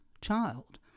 child